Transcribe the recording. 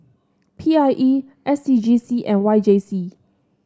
P I E S C G C and Y J C